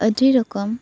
ᱟᱹᱰᱤ ᱨᱚᱠᱚᱢ